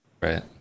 right